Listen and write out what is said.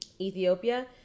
ethiopia